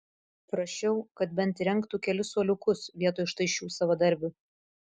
prašiau kad bent įrengtų kelis suoliukus vietoj štai šių savadarbių